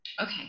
Okay